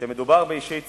כשמדובר באישי ציבור,